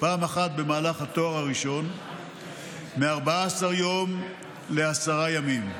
פעם אחת במהלך התואר הראשון מ-14 יום לעשרה ימים.